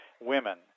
women